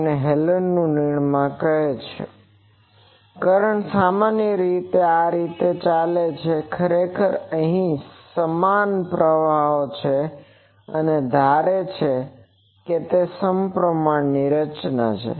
તો હેલેનનું નિર્માણ કહે છે કે કરંટ સામાન્ય રીતે આ રીતે ચાલે છે ખરેખર તે અહીં સમાન પ્રવાહો છેઅને ધારે છે કે તે સપ્રમાણ રચના છે